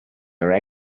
are